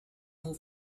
more